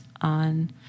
on